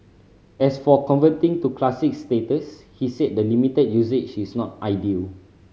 as for converting to classic status he said the limited usage is not ideal